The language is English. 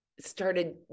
Started